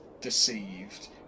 deceived